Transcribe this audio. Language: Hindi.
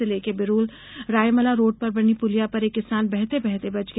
जिले के बिरूल रायमला रोड़ पर बनी पुलिया पर एक किसान बहते बहते बच गया